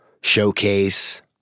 showcase